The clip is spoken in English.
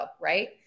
right